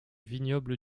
vignoble